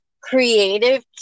creative